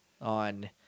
on